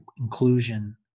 inclusion